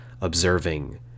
observing